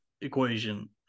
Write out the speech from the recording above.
equation